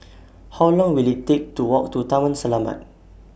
How Long Will IT Take to Walk to Taman Selamat